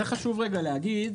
חשוב להגיד,